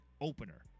opener